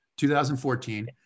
2014